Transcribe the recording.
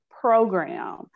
program